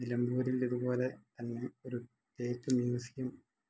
നിലമ്പൂരിൽ ഇതുപോലെ ഒരു തേക്ക് മ്യൂസിയം